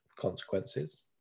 consequences